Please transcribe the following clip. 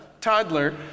toddler